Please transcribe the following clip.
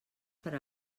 per